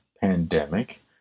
pandemic